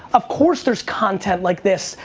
of course there's content like this.